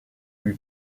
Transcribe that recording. lui